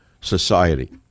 society